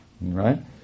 Right